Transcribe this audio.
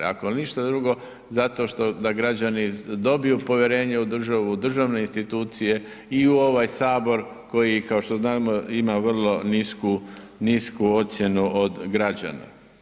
Ako ništa drugo zato što da građani dobiju povjerenje u državu, državne institucije i u ovaj Sabor koji kao što znamo ima vrlo nisku ocjenu od građana.